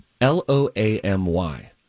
L-O-A-M-Y